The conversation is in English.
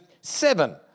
seven